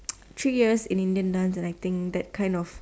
three years in Indian dance and I think that kind of